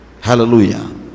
Hallelujah